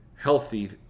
healthy